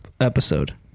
episode